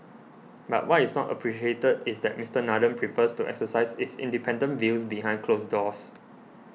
but what is not appreciated is that Mister Nathan prefers to exercise his independent views behind closed doors